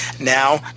now